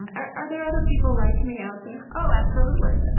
and are are there other people like me out there? oh, absolutely.